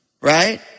Right